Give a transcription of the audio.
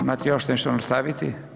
Imate još nešto nastaviti?